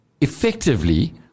effectively